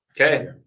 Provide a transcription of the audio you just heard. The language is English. Okay